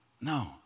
No